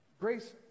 Grace